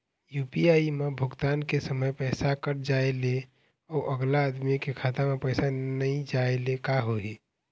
UPI म भुगतान के समय पैसा कट जाय ले, अउ अगला आदमी के खाता म पैसा नई जाय ले का होही?